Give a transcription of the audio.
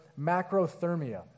macrothermia